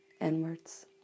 inwards